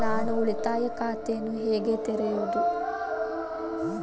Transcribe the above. ನಾನು ಉಳಿತಾಯ ಖಾತೆಯನ್ನು ಹೇಗೆ ತೆರೆಯುವುದು?